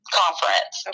conference